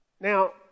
Now